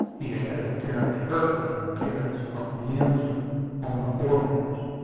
he added, apparently hurt by the appearance of the ensign on the foremast.